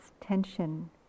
tension